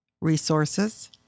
resources